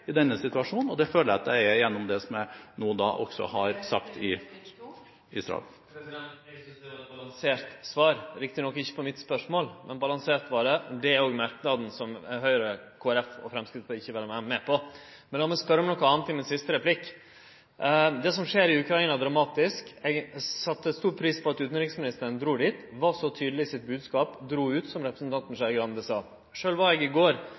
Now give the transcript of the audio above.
i denne situasjonen. Det føler jeg at jeg er gjennom det jeg nå også har sagt i Israel. Eg synest det var eit balansert svar – riktig nok ikkje på mitt spørsmål, men balansert var det. Det er òg merknaden som Høgre, Kristeleg Folkeparti og Framstegspartiet ikkje ville vere med på. Men la meg spørje om noko anna i min siste replikk. Det som skjer i Ukraina, er dramatisk. Eg sette stor pris på at utanriksministaren drog dit og var så tydeleg i sin bodskap – drog ut, som representanten Skei Grande sa. Sjølv deltok eg i går